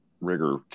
rigor